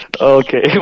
Okay